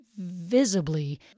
visibly